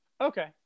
Okay